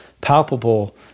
palpable